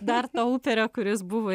dar to uperio kuris buvo